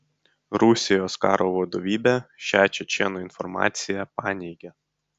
rusijos karo vadovybė šią čečėnų informaciją paneigė